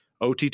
OTT